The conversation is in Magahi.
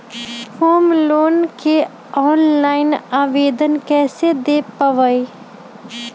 होम लोन के ऑनलाइन आवेदन कैसे दें पवई?